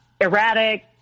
erratic